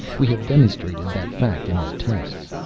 we have demonstrated that fact in our tests.